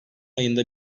ayında